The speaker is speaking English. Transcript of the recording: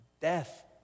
death